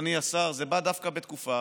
אדוני השר, שזה בא דווקא בתקופה